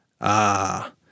Ah